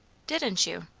didn't you?